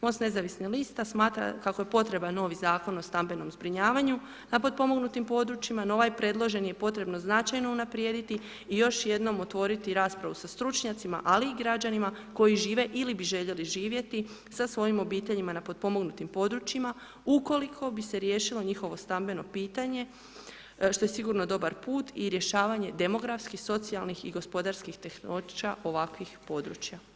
Mosta nezavisnih lista smatra kako je potreban novi zakon o stambenom zbrinjavanju na potpomognutim područjima, no ovaj predloženi je potrebno značajno unaprijediti i još jednom otvoriti raspravu sa stručnjacima, ali i građanima koji žive ili bi željeli živjeti sa svojim obiteljima na potpomognutim područjima u koliko bi se riješilo njihovo stambeno pitanje što je sigurno dobar put i rješavanje demografskih, socijalnih i gospodarskih teškoća ovakvih područja.